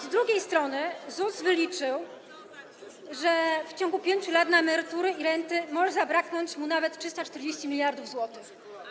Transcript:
Z drugiej strony ZUS wyliczył, że w ciągu 5 lat na emerytury i renty może zabraknąć nawet 340 mld zł.